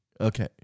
Okay